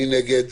מי נגד?